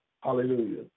hallelujah